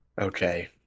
okay